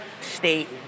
state